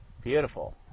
Beautiful